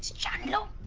chandler,